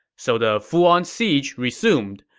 so the full-on siege resumed.